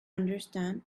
understand